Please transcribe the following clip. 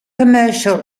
commercial